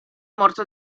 morto